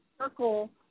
circle